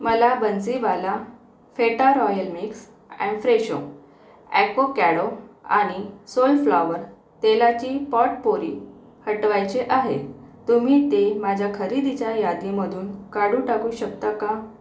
मला बन्सीवाला पेटा royal mix and Fresho avocado आणि सोनफ्लॉवर तेलाची पॉटपोरी हटवायचे आहे तुम्ही ते माझ्या खरेदीच्या यादीमधून काढून टाकू शकता का